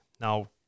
Now